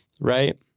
right